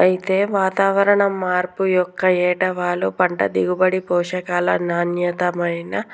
అయితే వాతావరణం మార్పు యొక్క ఏటవాలు పంట దిగుబడి, పోషకాల నాణ్యతపైన